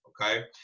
Okay